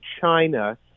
China